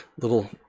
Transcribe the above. little